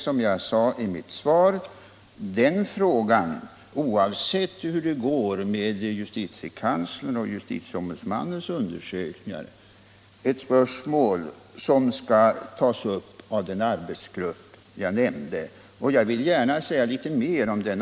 Som jag sade i mitt svar är detta, oavsett hur det går med justitiekanslerns och justitieombudsmannens undersökningar, ett spörsmål som skall tas upp av den arbetsgrupp jag nämnde. Jag vill gärna säga litet mer om den.